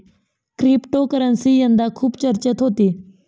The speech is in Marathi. क्रिप्टोकरन्सी यंदा खूप चर्चेत होती